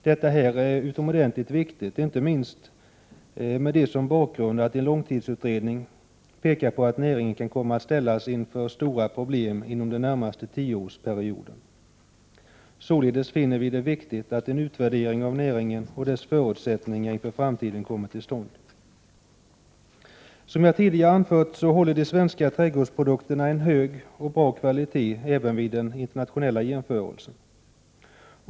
Detta är utomordentligt viktigt, inte minst mot bakgrund av att en långtidsutredning pekar på att näringen kan komma att ställas inför stora problem inom den närmaste tioårsperioden. Således finner vi det viktigt att en utvärdering av näringen och dess förutsättningar inför framtiden kommer till stånd. Som jag tidigare har anfört håller de svenska trädgårdsprodukterna en hög och bra kvalitet även vid en internationell jämförelse.